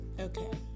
okay